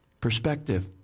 Perspective